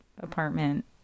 apartment